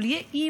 אבל היא האימא,